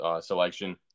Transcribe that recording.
selection